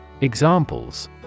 Examples